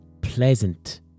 pleasant